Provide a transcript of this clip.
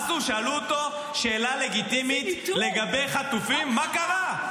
שאלו אותו שאלה לגיטימית לגבי חטופים, מה קרה?